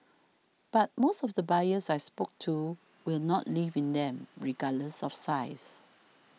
but most of the buyers I spoke to will not live in them regardless of size